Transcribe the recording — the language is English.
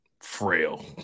frail